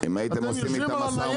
אתם יושבים על הניירת,